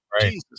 Jesus